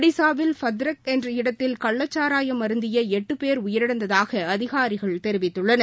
ஒடிஸாவில் பத்ரக் என்ற இடத்தில் கள்ளச்சாரயம் அருந்திய எட்டு பேர் உயிரிழந்ததாக அதிகாரிகள் தெரிவித்துள்ளனர்